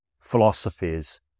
philosophies